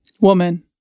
Woman